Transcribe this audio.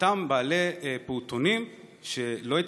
לאותם בעלי פעוטונים שלא התקינו,